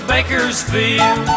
Bakersfield